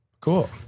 Cool